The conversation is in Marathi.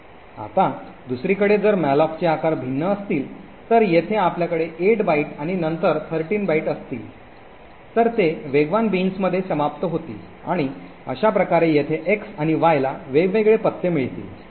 आता दुसरीकडे जर मॅलोकचे आकार भिन्न असतील तर येथे आपल्याकडे 8 बाइट आणि नंतर 13 बाइट असतील तर ते वेगवान बीन्समध्ये समाप्त होतील आणि अशा प्रकारे येथे एक्स आणि वायला वेगवेगळे पत्ते मिळतील